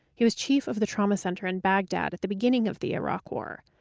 he was chief of the trauma center in baghdad at the beginning of the iraq war.